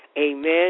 amen